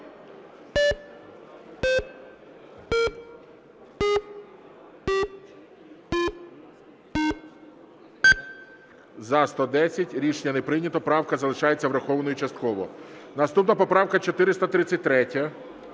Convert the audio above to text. За-110 Рішення не прийнято. Правка залишається врахованою частково. Наступна поправка 433.